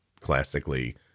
classically